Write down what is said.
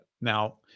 Now